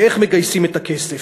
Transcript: איך מגייסים את הכסף.